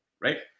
right